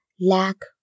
lack